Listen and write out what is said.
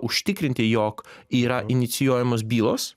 užtikrinti jog yra inicijuojamos bylos